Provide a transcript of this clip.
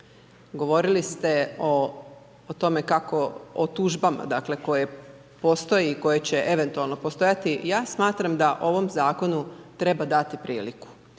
govorili ste o tome, o tužbama dakle koje postoje i koje će eventualno postojati. Ja smatram da ovom zakonu treba dati priliku.